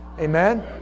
Amen